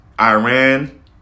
Iran